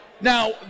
Now